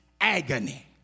agony